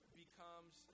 becomes